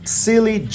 silly